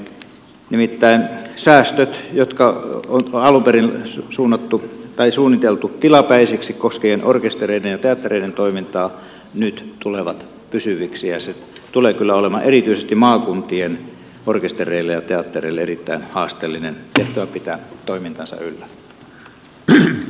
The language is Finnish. nimittäin säästöt jotka on alun perin suunniteltu tilapäisiksi koskien orkestereiden ja teattereiden toimintaa nyt tulevat pysyviksi ja tulee kyllä olemaan erityisesti maakuntien orkestereille ja teattereille erittäin haasteellinen tehtävä pitää toimintaansa yllä